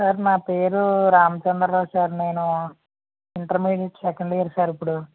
sir నా పేరు Ramachandra Rao sir నేను ఇంటర్మీడియట్ సెకండ్ ఇయర్ సార్ ఇప్పుడు